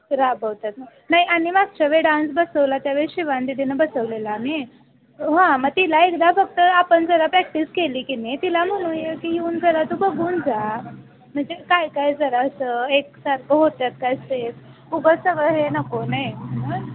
राबवतात नाही आणि मागच्या वेळे डान्स बसवला त्यावेळी शिवानी दिदीनं बसवलेला मी हां मग तिला एकदा फक्त आपण जरा प्रॅक्टिस केली की नाही तिला म्हणू की येऊन जरा तु बघून जा म्हणजे काय काय जरा असं एकसारखं होतात काय स्टेप उगाच सगळं हे नको नाही ह